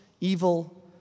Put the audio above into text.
evil